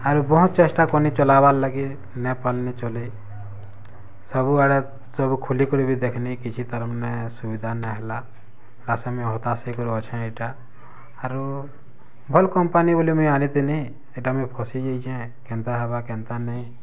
ଆରୁ ବହୁତ ଚେଷ୍ଟା କଲି ଚଲାବାର୍ ଲାଗି ନାଇଁ ପାରିଲି ଚଲେଇ ସବୁଆଡ଼େ ସବୁ ଖୁଲିକରି ବି ଦେଖନି କିଛି ତାର୍ ମାନେ ସୁବିଧା ନାଇଁ ହେଲା ଆର୍ ସେମି ହତାଶି କରି ଅଛି ଏଇଟା ଆରୁ ଭଲ୍ କମ୍ପାନୀ ବୋଲି ମୁଇଁ ଆନିଥିଲି ହେଟା ମୁଇଁ ଫସି ଯାଇଛେ କେନ୍ତା ହବା କେନ୍ତା ନାଇଁ